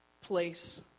place